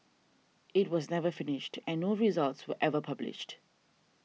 it was never finished and no results were ever published